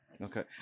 okay